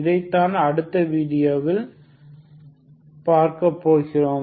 இதைத்தான் அடுத்த வீடியோவில் பார்க்க போகிறோம்